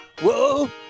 Whoa